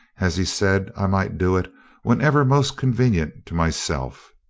as he said i might do it whenever most convenient to myself.